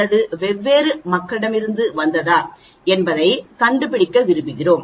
அல்லது வெவ்வேறு மக்களிடமிருந்து வந்ததா என்பதைக் கண்டுபிடிக்க விரும்புகிறோம்